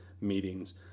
meetings